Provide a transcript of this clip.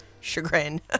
chagrin